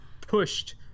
pushed